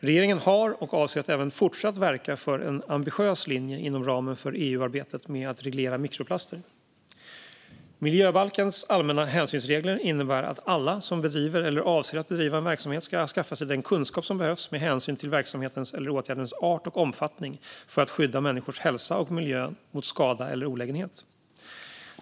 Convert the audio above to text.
Regeringen har verkat och avser att även fortsatt verka för en ambitiös linje inom ramen för EU-arbetet med att reglera mikroplaster. Miljöbalkens allmänna hänsynsregler innebär att alla som bedriver eller avser att bedriva en verksamhet ska skaffa sig den kunskap som behövs med hänsyn till verksamhetens eller åtgärdens art och omfattning för att skydda människors hälsa och miljön mot skada eller olägenhet.